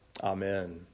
Amen